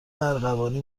ارغوانی